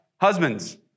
Husbands